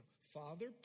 Father